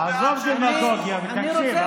תקשיב,